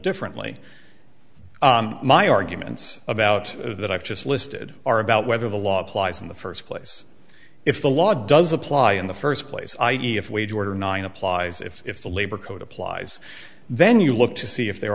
differently my arguments about that i've just listed are about whether the law applies in the first place if the law does apply in the first place i e if wage order nine applies if the labor code applies then you look to see if there